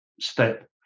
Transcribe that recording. step